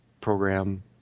program